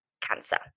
cancer